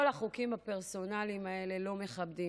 כל החוקים הפרסונליים האלה לא מכבדים.